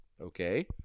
Okay